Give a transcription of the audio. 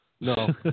No